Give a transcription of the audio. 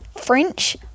French